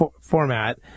format